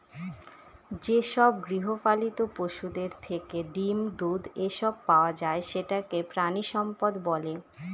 যেসব গৃহপালিত পশুদের থেকে ডিম, দুধ, এসব পাওয়া যায় সেটাকে প্রানীসম্পদ বলে